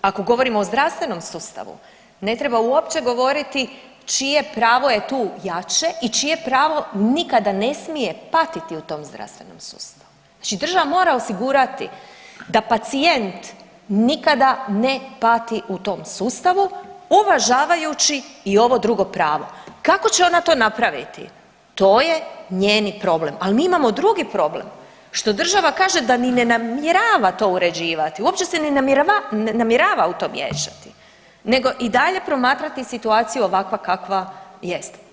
Ako govorimo o zdravstvenom sustavu ne treba uopće govoriti čije pravo je tu jače i čije pravo nikada ne smije patiti u tom zdravstvenom sustavu, znači država mora osigurati da pacijent nikada ne pati u tom sustavu uvažavajući i ovo drugo pravo, kako će ona to napraviti to je njen problem, al mi imamo drugi problem što država kaže da ni ne namjerava to uređivati, uopće se ne namjerava u to miješati nego i dalje promatrati situaciju ovakva kakva jest.